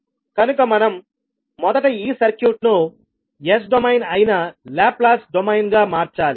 కనుక మనం మొదట ఈ సర్క్యూట్ను S డొమైన్ అయిన లాప్లాస్ డొమైన్గా మార్చాలి